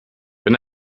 wenn